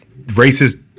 racist